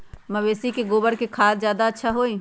मवेसी के गोबर के खाद ज्यादा अच्छा होई?